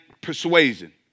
persuasion